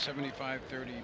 seventy five thirty